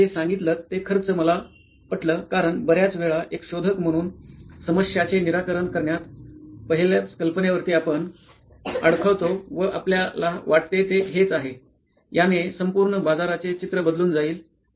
तुम्ही जे सांगितलंत ते खर्च मला पटलं कारण बर्याच वेळा एक शोधक म्हणून समस्याचे निराकरण करण्यात पहिलयच कल्पनेवरती आपण अडखळतो व आपल्या वाटते ते हेच आहे याने संपूर्ण बाजारचे चित्र बदलून जाईल